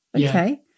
okay